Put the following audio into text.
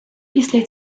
після